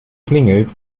klingelt